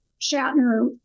Shatner